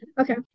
Okay